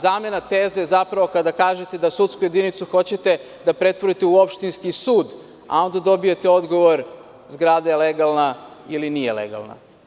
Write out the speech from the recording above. Zamena teze je zapravo kada kažete da sudsku jedinicu hoćete da pretvorite u opštinski sud, a onda dobijete odgovor - zgrada je legalna ili nije legalna.